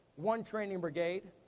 one training brigade,